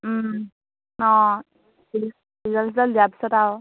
অঁ ৰিজাল্ট চিজাল্ট দিয়া পিছত আৰু